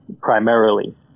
primarily